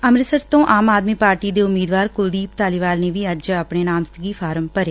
ਅੰਮ੍ਤਿਤਸਰ ਤੋਂ ਆਮ ਆਦਮੀ ਪਾਰਟੀ ਦੇ ਉਮੀਦਵਾਰ ਕੁਲਦੀਪ ਧਾਲੀਵਾਲ ਨੇ ਵੀ ਅੱਜ ਆਪਣੇ ਨਾਮਜ਼ਦਗੀ ਫਾਰਮ ਭਰੇ